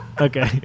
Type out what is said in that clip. Okay